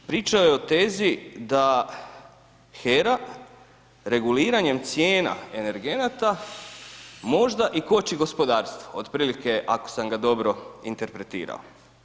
Pričao je o tezi da HERA reguliranjem cijena energenata možda i koči gospodarstvo otprilike ako sam ga dobro interpretirao.